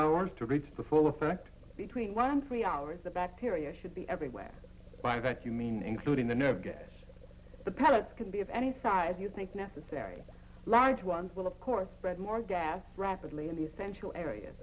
hours to reach for full effect between one and three hours the bacteria should be everywhere by that you mean including the nerve gas the pellets can be of any size you think necessary large ones will of course read more gas rapidly in the essential areas